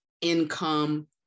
income